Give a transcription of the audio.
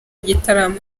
igitaramo